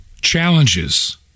challenges